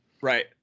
Right